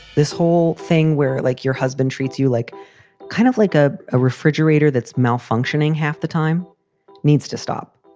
this whole thing where, like, your husband treats you like kind of like ah a refrigerator that's malfunctioning half the time needs to stop.